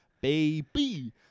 Baby